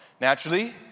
naturally